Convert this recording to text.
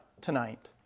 tonight